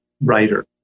writer